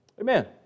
Amen